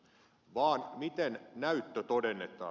mutta miten näyttö todennetaan